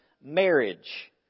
marriage